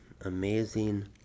amazing